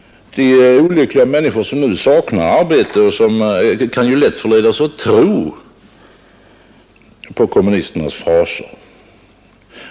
De olyckliga människor som nu saknar arbete kan lätt förledas att tro på kommunisternas fraser.